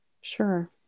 Sure